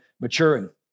maturing